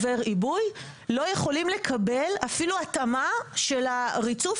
עיבוי לא יכול לקבל אפילו התאמה של הריצוף